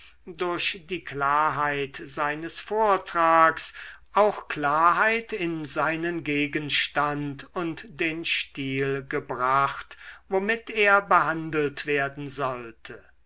durch die klarheit seines vortrags auch klarheit in seinen gegenstand und den stil gebracht womit er behandelt werden sollte